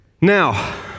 Now